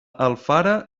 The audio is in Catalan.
alfara